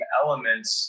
elements